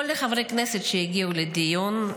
כל חברי הכנסת שהגיעו לדיון,